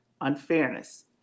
Unfairness